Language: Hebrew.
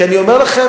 אני אומר לכם,